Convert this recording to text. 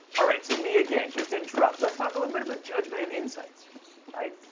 all right, so me again, just interrupt. let's talk a little bit about judgment and insights right.